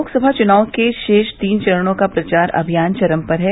लोकसभा चुनाव के शेष तीन चरणों का प्रचार अभियान चरम पर है